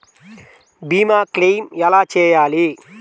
భీమ క్లెయిం ఎలా చేయాలి?